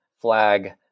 flag